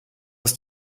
aus